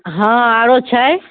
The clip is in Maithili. हँ आओरो छै